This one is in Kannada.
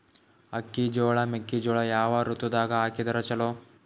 ಅಕ್ಕಿ, ಜೊಳ, ಮೆಕ್ಕಿಜೋಳ ಯಾವ ಋತುದಾಗ ಹಾಕಿದರ ಚಲೋ?